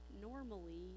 normally